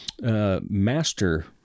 master